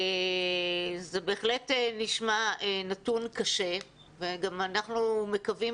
זה בהחלט נשמע נתון קשה וגם אנחנו מקווים,